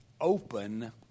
open